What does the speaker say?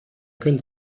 können